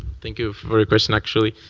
thank you for your question, actually.